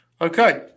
Okay